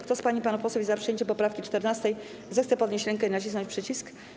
Kto z pań i panów posłów jest za przyjęciem poprawki 14., zechce podnieść rękę i nacisnąć przycisk.